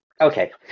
Okay